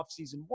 offseason